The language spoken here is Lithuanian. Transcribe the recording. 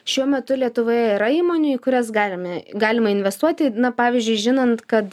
šiuo metu lietuvoje yra įmonių į kurias galime galima investuoti na pavyzdžiui žinant kad